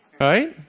right